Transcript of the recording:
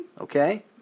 Okay